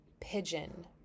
pigeon